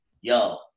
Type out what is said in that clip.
Yo